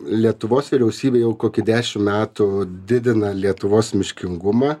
lietuvos vyriausybė jau kokį dešimt metų didina lietuvos miškingumą